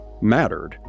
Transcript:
mattered